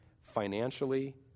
financially